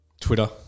Twitter